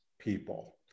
people